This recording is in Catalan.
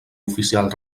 oficial